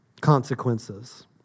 consequences